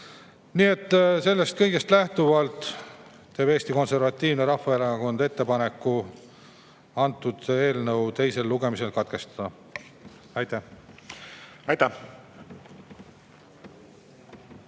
seda. Sellest kõigest lähtuvalt teeb Eesti Konservatiivne Rahvaerakond ettepaneku eelnõu teine lugemine katkestada. Aitäh!